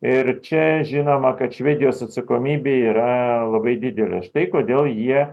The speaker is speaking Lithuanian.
ir čia žinoma kad švedijos atsakomybė yra labai didelė štai kodėl jie